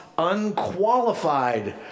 unqualified